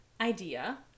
idea